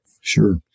sure